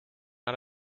out